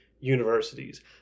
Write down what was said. universities